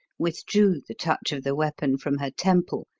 withdrew the touch of the weapon from her temple,